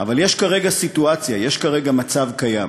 אבל יש כרגע סיטואציה, יש כרגע מצב קיים,